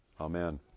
Amen